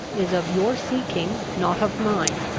is of your seeking, not of mine.